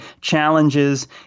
challenges